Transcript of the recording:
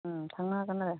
थांनो हागोन आरो